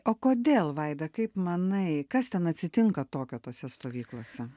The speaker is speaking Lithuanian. o kodėl vaida kaip manai kas ten atsitinka tokio tose stovyklose